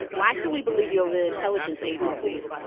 why should we believe you over the intelligence agencies?